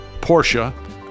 Porsche